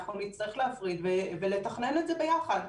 אנחנו נצטרך להכריז ולתכנן את זה ביחד.